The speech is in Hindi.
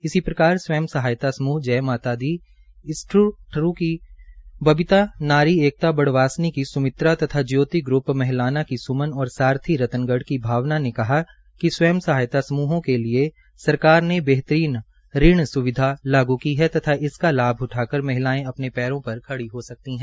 इसी प्रकार स्वयं सहयता समूह जय माता दी ठरू की बबीता नारी एकता बड़वासनी की सुमित्रा तथा ज्योति ग्रुप महलाना की सुमन और सारथी रतनगढ़ की भावना ने कहा कि स्वयं सहायता समूहों के लिए सरकारने बेहतरीन ऋण स्विधा लागू की है तथा इसका लाभ उठाकर महिलाएं अपने पैरों पर खड़ी हो सकती है